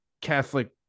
Catholic